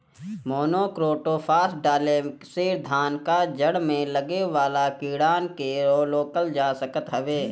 monocrotophos डाले से धान कअ जड़ में लागे वाला कीड़ान के रोकल जा सकत हवे